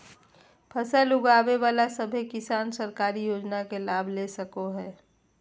फसल उगाबे बला सभै किसान सरकारी योजना के लाभ ले सको हखिन